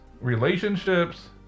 relationships